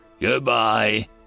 Goodbye